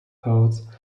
thoughts